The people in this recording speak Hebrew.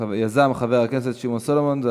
הצעה לסדר-היום מס' 4079 שיזם חבר הכנסת שמעון סולומון.